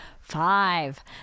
Five